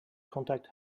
contact